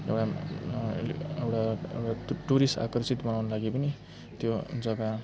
एउटा एउटा त्यो टुरिस्ट आकर्षित बनाउन लागि पनि त्यो जगा